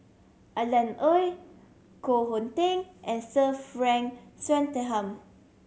Alan Oei Koh Hong Teng and Sir Frank Swettenham